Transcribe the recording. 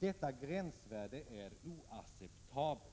Detta gränsvärde är oacceptabelt.